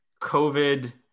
COVID